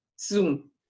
Zoom